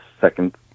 second